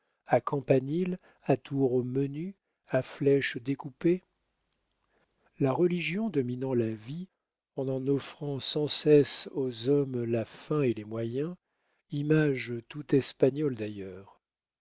à campaniles à tours menues à flèches découpées la religion dominant la vie en en offrant sans cesse aux hommes la fin et les moyens image tout espagnole d'ailleurs